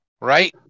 right